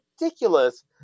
ridiculous